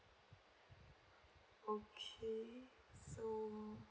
okay so